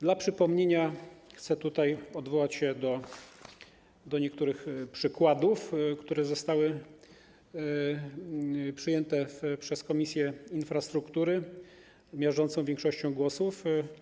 Dla przypomnienia chcę odwołać się do niektórych przykładów, które zostały przyjęte przez Komisję Infrastruktury miażdżącą większością głosów.